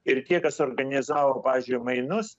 ir tie kas organizavo pavyzdžiui mainus